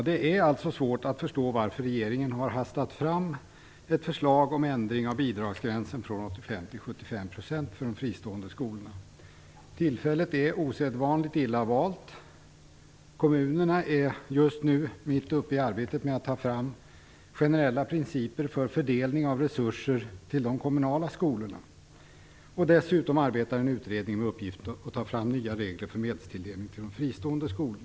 Herr talman! Det är svårt att förstå varför regeringen hastar fram ett förslag om ändring av bidragsgränsen från 85 till 75 % för de fristående skolorna. Tillfället är osedvanligt illa valt. Kommunerna är just nu mitt uppe i arbetet med att ta fram generella principer för fördelning av resurser till de kommunala skolorna. Dessutom arbetar en utredning med uppgiften att ta fram nya regler för medelstilldelning till fristående skolor.